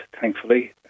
thankfully